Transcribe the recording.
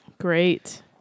great